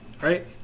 Right